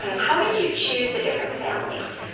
how did you choose the different families?